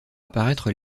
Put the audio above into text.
apparaître